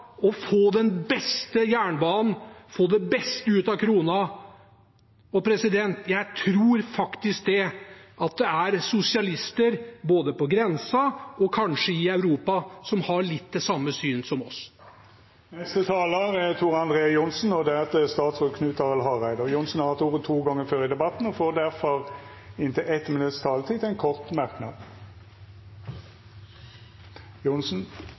å få den beste jernbanen, få det beste ut av hver krone, og jeg tror faktisk at det er sosialister både på grensen og kanskje i Europa som har det samme syn som oss. Representanten Tor André Johnsen har hatt ordet to gonger tidlegare i debatten og får ordet til ein kort merknad, avgrensa til